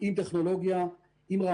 עם טכנולוגיה,